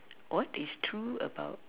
what is true about